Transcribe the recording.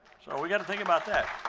so we got to think about that